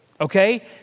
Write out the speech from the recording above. Okay